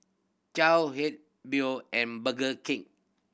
Biore and Burger Kid